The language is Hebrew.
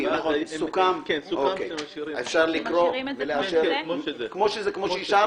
סוכם שמשאירים את זה כמו שזה.